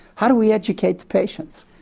how do we educate the patients?